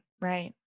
right